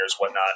whatnot